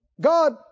God